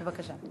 בבקשה.